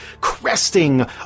cresting